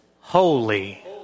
holy